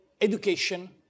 education